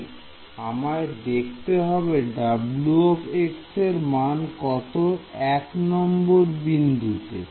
তাই আমায় দেখতে হবে W এর মান কত এক নম্বর বিন্দুতে